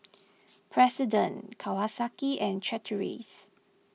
President Kawasaki and Chateraise